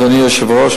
אדוני היושב-ראש,